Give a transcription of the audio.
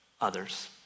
others